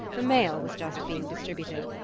the mail was just being distributed,